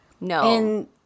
No